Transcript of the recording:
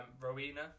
Rowena